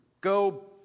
Go